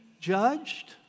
judged